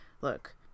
look